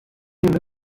nie